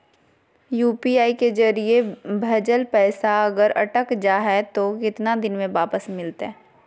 UPI के जरिए भजेल पैसा अगर अटक जा है तो कितना दिन में वापस मिलते?